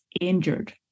injured